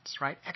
right